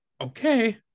okay